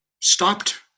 stopped